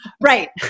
Right